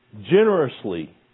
generously